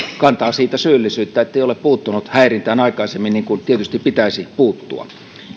kantaa siitä syyllisyyttä ettei ole puuttunut häirintään aikaisemmin niin kuin tietysti pitäisi puuttua